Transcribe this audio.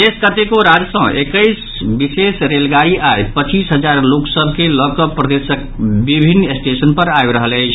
देशक कतेको राज्य सॅ एकैस विशेष रेलगाड़ी आइ पचीस हजार लोकसभ के लऽकऽ प्रदेशक विभिन्न स्टेशन पर आबि रहल अछि